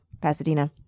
Pasadena